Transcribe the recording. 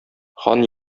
хан